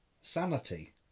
sanity